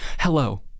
Hello